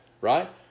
right